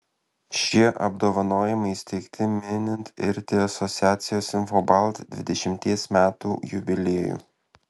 šie apdovanojimai įsteigti minint irti asociacijos infobalt dvidešimties metų jubiliejų